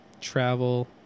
Travel